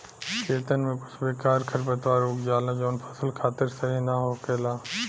खेतन में कुछ बेकार खरपतवार उग जाला जवन फसल खातिर सही ना होखेला